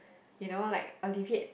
you know like alleviate